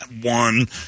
One